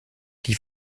die